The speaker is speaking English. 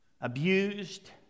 Abused